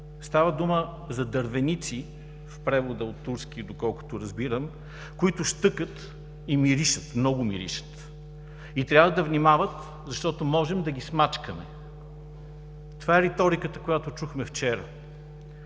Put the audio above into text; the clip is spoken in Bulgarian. Става дума за дървеници, в превода от турски, доколкото разбирам, които щъкат и много миришат. „И трябва да внимават, защото можем да ги смачкаме.“ Това е риториката, която чухме вчера.